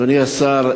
אדוני השר,